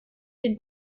den